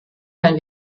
keinen